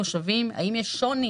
מושבים והאם יש שוני